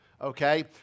okay